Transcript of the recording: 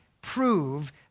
prove